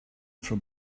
from